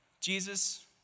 Jesus